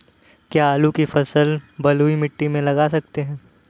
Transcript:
क्या आलू की फसल बलुई मिट्टी में लगा सकते हैं?